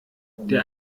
der